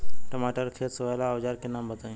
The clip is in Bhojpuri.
टमाटर के खेत सोहेला औजर के नाम बताई?